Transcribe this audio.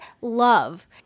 love